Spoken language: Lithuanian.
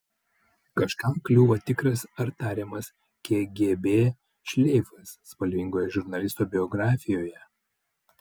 kažkam kliūva tikras ar tariamas kgb šleifas spalvingoje žurnalisto biografijoje